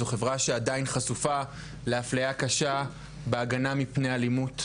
זו חברה שעדיין חשופה לאפליה קשה בהגנה מפני אלימות,